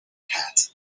hat